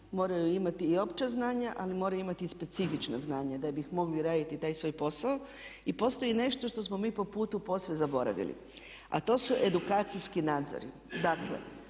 moraju imati i opća znanja ali moraju imati i specifična znanja da bi mogli raditi taj svoj posao i postoji nešto što smo mi po putu posve zaboravili a to su edukacijski nadzori.